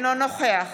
אינו נוכח